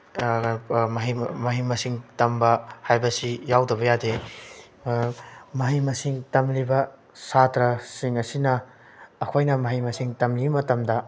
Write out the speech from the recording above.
ꯃꯍꯩ ꯃꯁꯤꯡ ꯇꯝꯕ ꯍꯥꯏꯕꯁꯤ ꯌꯥꯎꯗꯕ ꯌꯥꯗꯦ ꯃꯍꯩ ꯃꯁꯤꯡ ꯇꯝꯂꯤꯕ ꯁꯥꯇ꯭ꯔꯁꯤꯡ ꯑꯁꯤꯅ ꯑꯩꯈꯣꯏꯅ ꯃꯍꯩ ꯃꯁꯤꯡ ꯇꯝꯂꯤꯉꯩ ꯃꯇꯝꯗ